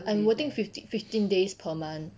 I will 定 fi~ fifteen days per month